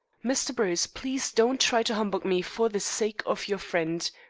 mr. bruce, please don't try to humbug me, for the sake of your friend.